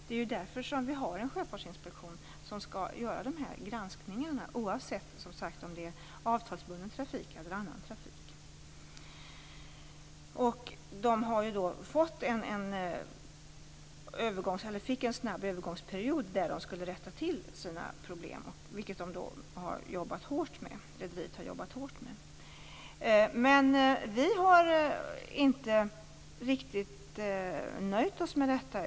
Det är ju därför vi har en sjöfartsinspektion som skall göra de här granskningarna oavsett - som sagt - om det gäller avtalsbunden trafik eller annan trafik. Rederiet fick en kort övergångsperiod där det skulle rätta till sina problem, vilket det har jobbat hårt med. Vi har inte riktigt nöjt oss med detta.